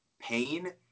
pain